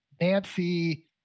Nancy